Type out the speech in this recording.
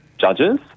judges